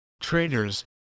traders